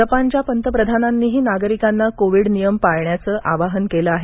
जपानच्या पंतप्रधानांनीही नागरिकांना कोविड नियम पाळण्याचं आवाहन केलं आहे